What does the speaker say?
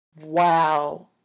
wow